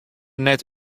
net